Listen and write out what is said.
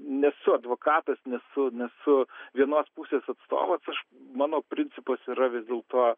nesu advokatas nesu nesu vienos pusės atstovas mano principas yra vis dėlto